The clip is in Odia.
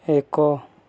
ଏକ